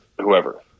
whoever